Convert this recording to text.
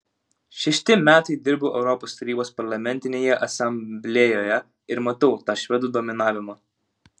šešti metai dirbu europos tarybos parlamentinėje asamblėjoje ir matau tą švedų dominavimą